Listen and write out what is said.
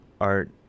art